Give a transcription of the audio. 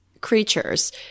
creatures